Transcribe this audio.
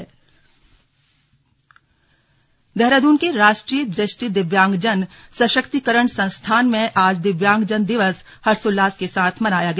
slug दिव्यांगजन दिवस देहरादून के राष्ट्रीय दृष्टि दिव्यांगजन सशक्तिकरण संस्थान में आज दिव्यांगजन दिवस हर्षोल्लास के साथ मनाया गया